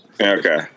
Okay